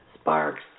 sparks